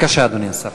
בבקשה, אדוני השר.